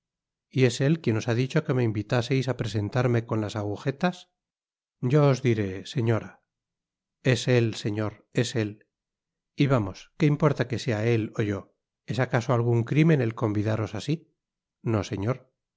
y es él quien os ha dicho que me invitaseis á presentarme con las agujetas yo os diré señora el es señor él es y vamos que importa que sea él ó yo es acaso algun crimen el convidaros asi no señor